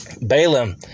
Balaam